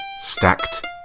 Stacked